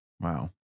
Wow